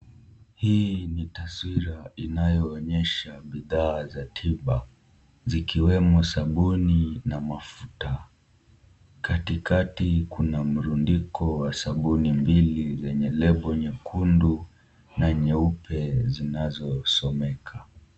Hii ni taswira inayoonyesha bidhaa za tiba, zikiwemo sabuni na mafuta, katikati kuna murundiko wa sabuni mbili zenye label nyekundu na nyeupe zinazosomeka.